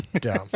dumb